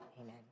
Amen